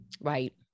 right